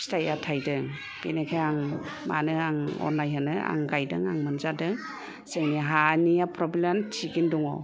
फिथाइया थायदों बेनिखाय आं मानो आं अननाय होनो आं गायदों आं मोनजादों जोंनि हानिया प्रब्लेम थिगैनो दङ